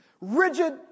rigid